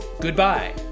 Goodbye